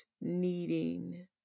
needing